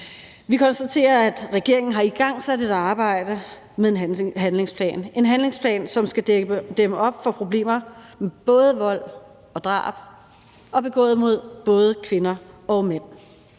Vi konstaterer, at regeringen har igangsat et arbejde med en handlingsplan – en handlingsplan, som skal dæmme op for problemer med både vold og drab, begået mod både kvinder og mænd.